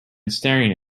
staring